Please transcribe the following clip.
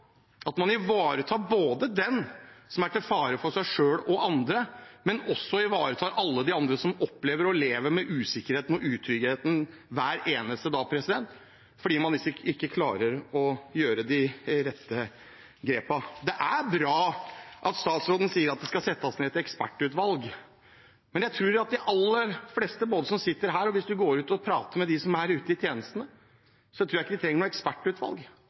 at man ivaretar den som er til fare for seg selv og andre, men også ivaretar alle de andre som opplever og lever med usikkerheten og utryggheten hver eneste dag fordi man ikke klarer å ta de rette grepene. Det er bra at statsråden sier at det skal settes ned et ekspertutvalg. Jeg tror – hvis man går ut og prater med dem som er ute i tjenestene – ikke de trenger noe ekspertutvalg. Jeg tror de trenger at vi faktisk begynner å gjøre noe,